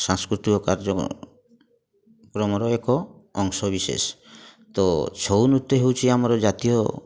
ସାଂସ୍କୃତିକ କାର୍ଯ୍ୟକ୍ରମର ଏକ ଅଂଶ ବିଶେଷ ତ ଛଉନୃତ୍ୟ ହେଉଛି ଆମର ଜାତୀୟ